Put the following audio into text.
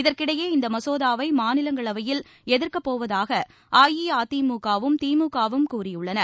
இதற்கிடையே இந்த மசோதாவை மாநிலங்களவையில் எதிர்க்கப் போவதாக அஇஅதிமுக வும் திமுக வும் கூறியுள்ளன